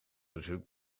bezoek